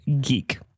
geek